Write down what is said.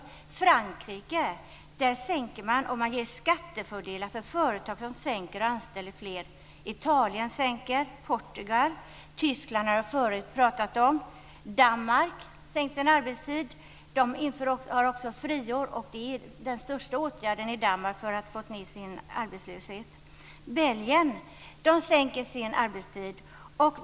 I Frankrike sänker man arbetstiden och man ger skattefördelar för företag som sänker arbetstiden och anställer fler. Tyskland har jag förut pratat om. Danmark sänker sin arbetstid. Där har man också friår, som är den största åtgärden i Danmark för att få ned arbetslösheten. Belgien sänker arbetstiden.